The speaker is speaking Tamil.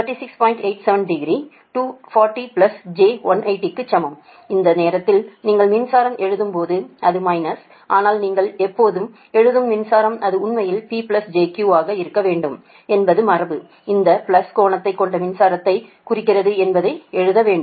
87 டிகிரி 240 j 180 க்கு சமம் அந்த நேரத்தில் நீங்கள் மின்சாரம் எழுதும் போது அது மைனஸ் ஆனால் நீங்கள் எப்போது எழுதும் மின்சாரம் அது உண்மையில் P j Q ஆக இருக்க வேண்டும் என்பது மரபு இந்த பிளஸ் கோணத்தை கொண்ட மின்சாரதை குறிக்கிறது என்பதை எழுத வேண்டும்